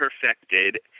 perfected